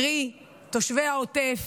קרי תושבי העוטף,